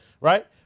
right